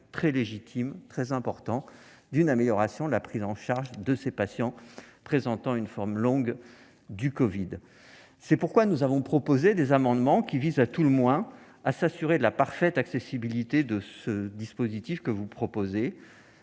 légitime, d'une amélioration de la prise en charge de ces patients présentant une forme longue du covid. C'est pourquoi nous avons proposé des amendements qui visent, à tout le moins, à s'assurer de la parfaite accessibilité de cette plateforme,